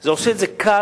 זה עושה את זה קל,